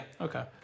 okay